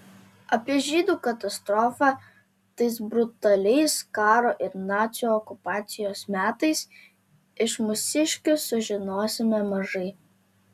apie žydų katastrofą tais brutaliais karo ir nacių okupacijos metais iš mūsiškių sužinosime mažai